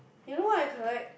you know what I collect